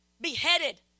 beheaded